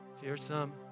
Fearsome